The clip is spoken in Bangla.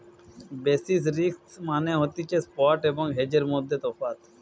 বেসিস রিস্ক মানে হতিছে স্পট এবং হেজের মধ্যে তফাৎ